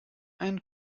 ein